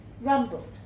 Rumbled